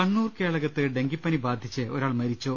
കണ്ണൂർ കേളകത്ത് ഡെങ്കിപ്പനി ബാധിച്ച് ഒരാൾ മരിച്ചു